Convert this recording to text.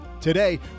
today